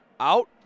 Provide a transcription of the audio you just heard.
Out